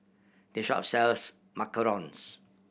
this shop sells macarons